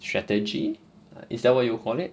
strategy is that what you call it